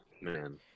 man